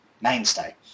mainstay